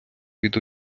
від